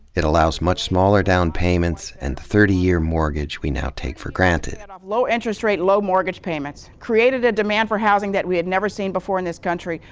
it allows much smaller down payments and the thirty-year mortgage we now take for granted. and low interest rate, low mortgage payments. created a demand for housing that we had never seen before in this country.